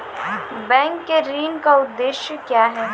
Bank के ऋण का उद्देश्य क्या हैं?